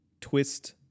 twist